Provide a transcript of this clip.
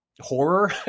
horror